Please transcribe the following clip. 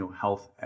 health